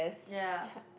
ya ya